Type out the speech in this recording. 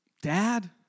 Dad